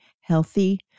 healthy